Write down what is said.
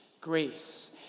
grace